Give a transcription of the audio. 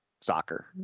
soccer